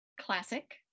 classic